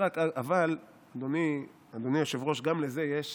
אבל, אדוני היושב-ראש, גם לזה יש